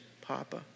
Papa